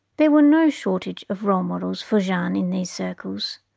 there were no shortage of role models for jeanne in these circles.